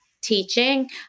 teaching